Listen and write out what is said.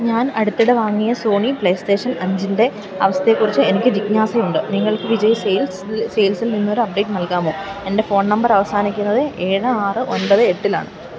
ഞാൻ അടുത്തിടെ വാങ്ങിയ സോണി പ്ലേ സ്റ്റേഷൻ അഞ്ചിൻ്റെ അവസ്ഥയെക്കുറിച്ച് എനിക്ക് ജിജ്ഞാസയുണ്ട് നിങ്ങൾക്ക് വിജയ് സെയിൽസ് സെയിൽസിൽ നിന്ന് ഒരു അപ്ഡേറ്റ് നൽകാമോ എൻ്റെ ഫോൺ നമ്പർ അവസാനിക്കുന്നത് ഏഴ് ആറ് ഒമ്പത് എട്ടിലാണ്